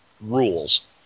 rules